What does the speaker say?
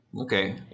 Okay